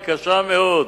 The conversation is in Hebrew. היא קשה מאוד.